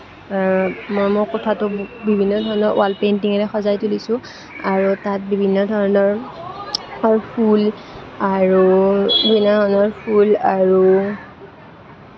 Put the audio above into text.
মই মোৰ কোঠাটো বিভিন্ন ধৰনৰ ৱাল পেইণ্টিঙেৰে সজাই তুলিছোঁ আৰু তাত বিভিন্ন ধৰণৰ ফুল আৰু বিভিন্ন ধৰণৰ ফুল আৰু